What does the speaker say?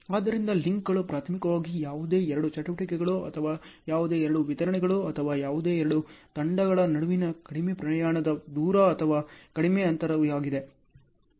ಆದ್ದರಿಂದ ಲಿಂಕ್ಗಳು ಪ್ರಾಥಮಿಕವಾಗಿ ಯಾವುದೇ ಎರಡು ಚಟುವಟಿಕೆಗಳು ಅಥವಾ ಯಾವುದೇ ಎರಡು ವಿತರಣೆಗಳು ಅಥವಾ ಯಾವುದೇ ಎರಡು ತಂಡಗಳ ನಡುವಿನ ಕಡಿಮೆ ಪ್ರಯಾಣದ ದೂರ ಅಥವಾ ಕಡಿಮೆ ಅಂತರವಾಗಿದೆ